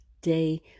day